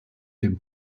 dem